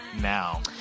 Now